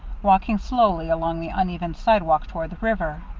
walking slowly along the uneven sidewalk toward the river.